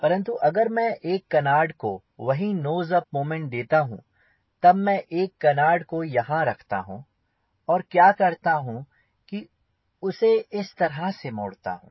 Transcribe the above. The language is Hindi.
परंतु अगर मैं एक कनार्ड को वही नोज अप मोमेंट देता हूँ तब मैं एक कनार्ड को यहाँ रखता हूँ और क्या करता हूँ की उसे इस तरह से मोड़ता हूँ